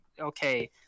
Okay